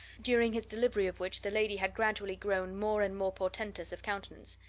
during his delivery of which the lady had gradually grown more and more portentous of countenance.